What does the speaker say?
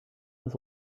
this